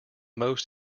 most